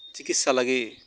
ᱪᱤᱠᱤᱥᱥᱟ ᱞᱟᱹᱜᱤᱫ